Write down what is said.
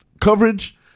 coverage